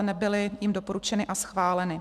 Nebyly jím doporučeny a schváleny.